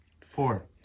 Four